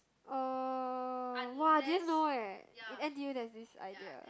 oh !wah! then know eh in n_t_u there is this idea